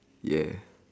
ya